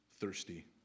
thirsty